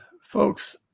Folks